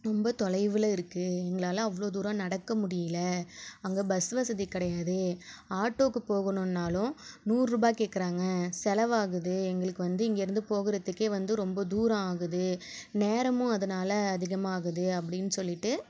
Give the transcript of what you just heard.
ரொம்ப தொலைவில் இருக்குது எங்களால் அவ்வளோ தூரம் நடக்க முடியலை அங்கே பஸ் வசதி கிடையாது ஆட்டோவுக்கு போகணுன்னாலும் நூறுரூபா கேட்குறாங்க செலவாகுது எங்களுக்கு வந்து இங்கே இருந்து போகிறதுக்கே வந்து ரொம்ப தூரம் ஆகுது நேரமும் அதனால அதிகம் ஆகுது அப்படினு சொல்லிவிட்டு